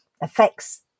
affects